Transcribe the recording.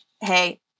hey